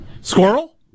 squirrel